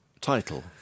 title